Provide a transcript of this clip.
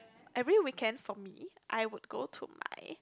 every weekend for me I would go to my